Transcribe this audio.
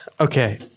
Okay